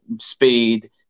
speed